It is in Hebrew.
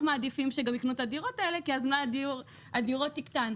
מעדיפים שיקנו את הדירות האלה כי אז מלאי הדירות יקטן.